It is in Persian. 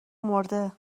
مرده